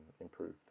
improved